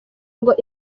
ngo